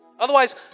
Otherwise